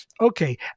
okay